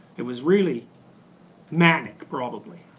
it was really manic, probably.